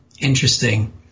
Interesting